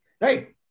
Right